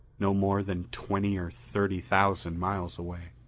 no more than twenty or thirty thousand miles away.